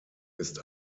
ist